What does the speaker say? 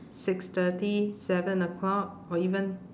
six thirty seven o'clock or even